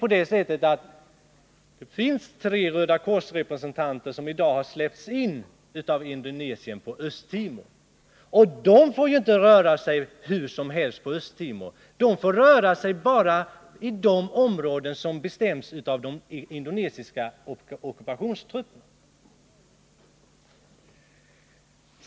Det finns tre Röda kors-representanter som har släppts in på Östtimor av Indonesien. De får inte röra sig hur som helst på Östtimor. De får bara röra sig i de områden som bestäms av de indonesiska ockupationstrupperna.